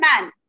man